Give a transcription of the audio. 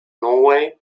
norway